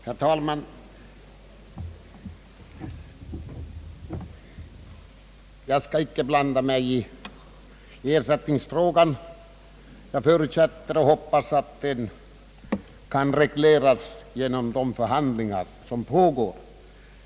Herr talman! Jag skall inte blanda mig i ersättningsfrågan. Jag förutsätter och hoppas att den kan regleras genom de förhandlingar som pågår.